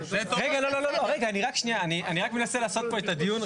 לא, רגע, אני רק מנסה לעשות את הדיון.